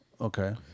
Okay